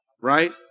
right